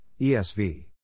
ESV